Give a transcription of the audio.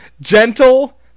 Gentle